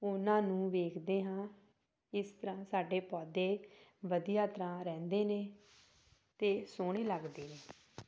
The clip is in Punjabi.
ਉਹਨਾਂ ਨੂੰ ਵੇਖਦੇ ਹਾਂ ਇਸ ਤਰ੍ਹਾਂ ਸਾਡੇ ਪੌਦੇ ਵਧੀਆ ਤਰ੍ਹਾਂ ਰਹਿੰਦੇ ਨੇ ਅਤੇ ਸੋਹਣੇ ਲੱਗਦੇ ਨੇ